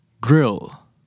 grill